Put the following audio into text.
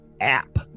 app